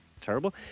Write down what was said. terrible